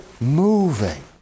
moving